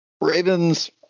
Ravens